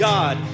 God